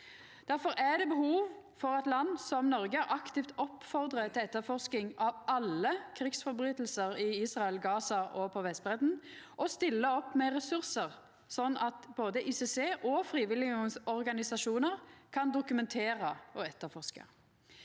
Difor er det behov for at land som Noreg aktivt oppfordrar til etterforsking av alle krigsbrotsverk i Israel, i Gaza og på Vestbreidda og stiller opp med ressursar, sånn at både ICC og frivillige organisasjonar kan dokumentera og etterforska,